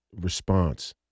response